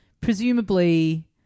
presumably